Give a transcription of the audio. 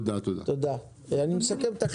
הזכות הציבורית שקניתי לפני 42 שנה צריכה לשמש לי